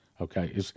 Okay